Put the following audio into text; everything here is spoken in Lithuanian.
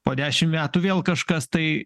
po dešim metų vėl kažkas tai